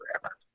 forever